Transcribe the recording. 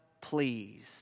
pleased